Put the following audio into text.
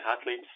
athletes